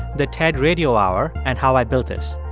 the ted radio hour and how i built this.